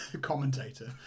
commentator